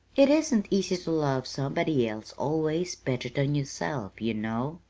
it isn't easy to love somebody else always better than yourself, you know!